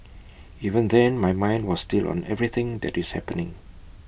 even then my mind was still on everything that is happening